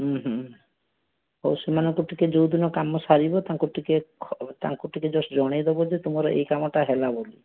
ହୁଁ ହୁଁ ହେଉ ସେମାନଙ୍କୁ ଟିକେ ଯେଉଁଦିନ କାମ ସାରିବ ତାଙ୍କୁ ଟିକେ ତାଙ୍କୁ ଟିକେ ଜଷ୍ଟ ଜଣାଇଦେବ ଯେ ତୁମର ଏଇ କାମଟା ହେଲା ବୋଲି